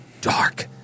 dark